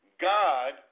God